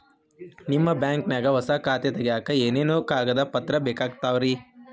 ನಿಮ್ಮ ಬ್ಯಾಂಕ್ ನ್ಯಾಗ್ ಹೊಸಾ ಖಾತೆ ತಗ್ಯಾಕ್ ಏನೇನು ಕಾಗದ ಪತ್ರ ಬೇಕಾಗ್ತಾವ್ರಿ?